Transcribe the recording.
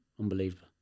Unbelievable